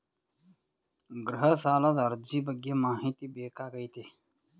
ಗೃಹ ಸಾಲದ ಅರ್ಜಿ ಬಗ್ಗೆ ಮಾಹಿತಿ ಬೇಕಾಗೈತಿ?